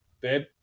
Babe